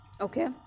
Okay